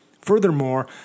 Furthermore